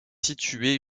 situé